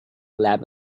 lab